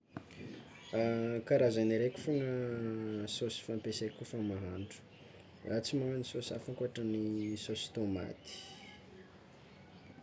Karazagny araiky fôgna saosy fampiasako kôfa mahandro, tsy magnagno saosy hafa ankoatran'ny saosy tômaty.